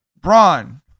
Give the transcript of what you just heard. Braun